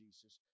Jesus